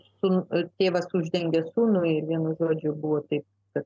tėvas uždengė sūnų ir vienu žodžiu buvo tai kad